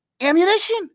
Ammunition